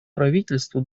правительству